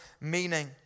meaning